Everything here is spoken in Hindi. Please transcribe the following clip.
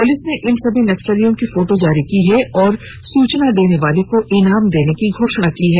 पुलिस ने इन सभी नक्सलियों की फोटो जारी की है और सूचना देने वाले को इनाम देने की घोषणा की है